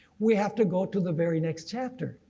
we have to go to the very next chapter,